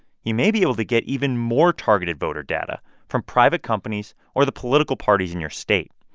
you may be able to get even more targeted voter data from private companies or the political parties in your state.